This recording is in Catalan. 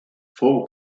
fou